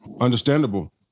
understandable